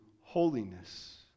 holiness